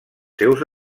seus